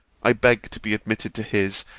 i beg to be admitted to his,